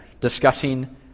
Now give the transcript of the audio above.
Discussing